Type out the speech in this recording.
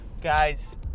guys